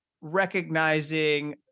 recognizing